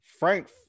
Frank